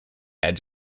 had